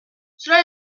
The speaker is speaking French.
cela